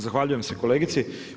Zahvaljujem se kolegici.